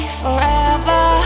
forever